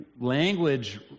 language